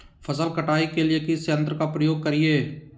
फसल कटाई के लिए किस यंत्र का प्रयोग करिये?